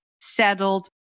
settled